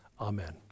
Amen